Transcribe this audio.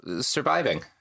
surviving